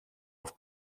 auf